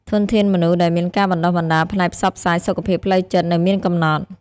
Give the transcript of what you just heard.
ធនធានមនុស្សដែលមានការបណ្តុះបណ្តាលផ្នែកផ្សព្វផ្សាយសុខភាពផ្លូវចិត្តនៅមានកំណត់។